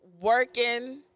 working